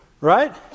Right